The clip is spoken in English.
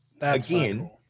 again